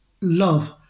love